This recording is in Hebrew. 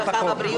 הרווחה והבריאות.